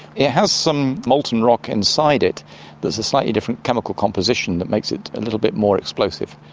it has some molten rock inside it that's a slightly different chemical composition that makes it a little bit more explosive.